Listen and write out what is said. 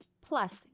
plus